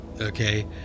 Okay